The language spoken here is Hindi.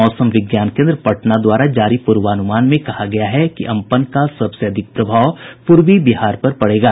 मौसम विज्ञान केन्द्र पटना द्वारा जारी पूर्वानुमान में कहा गया है कि अम्पन का सबसे अधिक प्रभाव पूर्वी बिहार में पड़ेगा